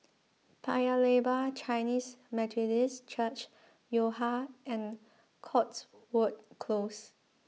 Paya Lebar Chinese Methodist Church Yo Ha and Cotswold Close